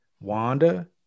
Wanda